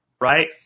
right